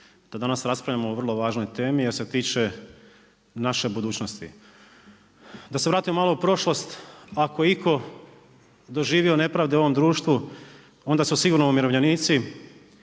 da danas raspravljamo o vrlo važnoj temi jer se tiče naše budućnosti. Da se vratimo malo u prošlost, ako je itko doživio nepravde u ovome društvu onda su sigurno umirovljenici